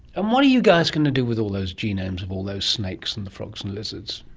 and what are you guys going to do with all those genomes of all those snakes and frogs and lizards?